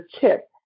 tip